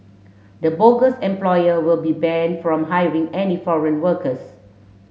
the bogus employer will be banned from hiring any foreign workers